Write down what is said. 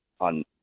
on